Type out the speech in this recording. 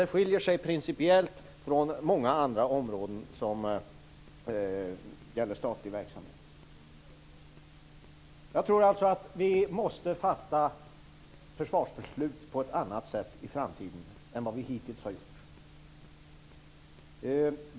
Den skiljer sig principiellt från många andra områden inom statlig verksamhet. Jag tror att vi måste fatta försvarsbeslut på ett annat sätt i framtiden än vad vi hittills har gjort.